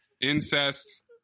incest